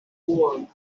world